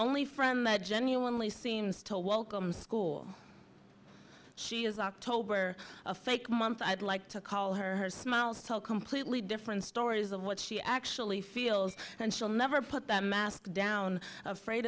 only from a genuinely seems to welcome school she is october a fake months i'd like to call her smiles tell completely different stories of what she actually feels and she'll never put that mask down afraid